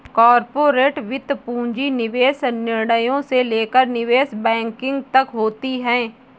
corporate वित्त पूंजी निवेश निर्णयों से लेकर निवेश बैंकिंग तक होती हैं